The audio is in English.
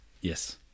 yes